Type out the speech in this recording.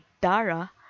Dara